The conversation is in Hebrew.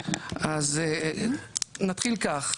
אז נתחיל כך,